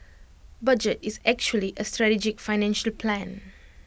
budget is actually A strategic financial plan